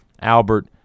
Albert